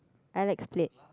I like split